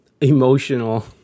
emotional